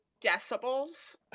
decibels